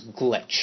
glitch